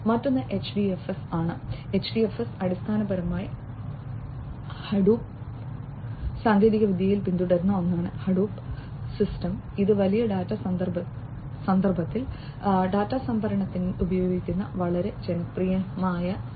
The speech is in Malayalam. മറ്റൊന്ന് HDFS ആണ് HDFS അടിസ്ഥാനപരമായി ഹഡൂപ്പ് സാങ്കേതികവിദ്യയിൽ പിന്തുടരുന്ന ഒന്നാണ് ഹഡൂപ്പ് സിസ്റ്റം ഇത് വലിയ ഡാറ്റാ സന്ദർഭത്തിൽ ഡാറ്റ സംഭരണത്തിൽ ഉപയോഗിക്കുന്നതിന് വളരെ ജനപ്രിയമാണ്